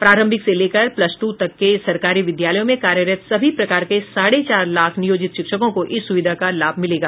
प्रारंभिक से लेकर प्लस दू तक के सरकारी विद्यालयों में कार्यरत सभी प्रकार के साढ़े चार लाख नियोजित शिक्षकों को इस सुविधा का लाभ मिलेगा